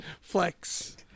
flex